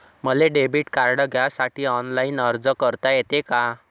मले debit card घ्यासाठी online अर्ज करता येते का?